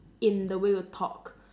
in the way you talk